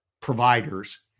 providers